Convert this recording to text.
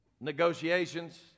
negotiations